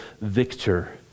victor